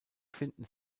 finden